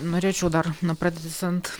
norėčiau dar na pratęsiant